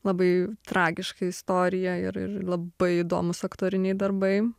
labai tragiška istorija ir ir labai įdomūs aktoriniai darbai